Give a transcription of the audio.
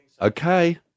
Okay